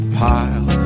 pile